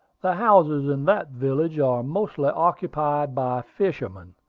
the houses in that village are mostly occupied by fishermen,